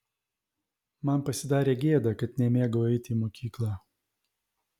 man pasidarė gėda kad nemėgau eiti į mokyklą